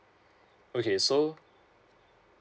okay so